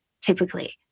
Typically